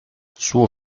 suo